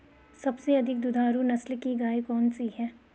सबसे अधिक दुधारू नस्ल की गाय कौन सी है?